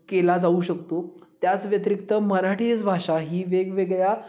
केला जाऊ शकतो त्याच व्यतिरिक्त मराठीच भाषा ही वेगवेगळ्या